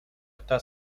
está